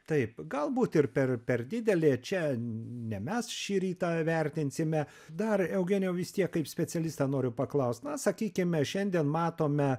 taip galbūt ir per per didelė čia ne mes šį rytą vertinsime dar eugenijau vis tiek kaip specialistą noriu paklaust na sakykime šiandien matome